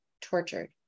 tortured